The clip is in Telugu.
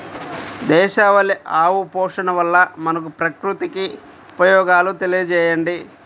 దేశవాళీ ఆవు పోషణ వల్ల మనకు, ప్రకృతికి ఉపయోగాలు తెలియచేయండి?